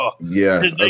yes